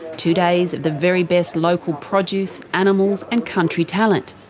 two days of the very best local produce, animals and country talent.